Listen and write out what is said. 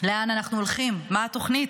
לאן אנחנו הולכים, מה התוכנית,